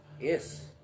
Yes